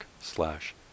slash